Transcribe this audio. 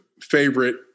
favorite